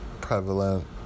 prevalent